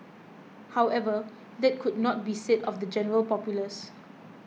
however that could not be said of the general populace